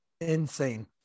insane